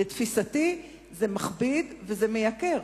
לתפיסתי, זה מכביד וזה מייקר.